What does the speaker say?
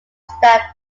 stand